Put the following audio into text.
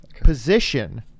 Position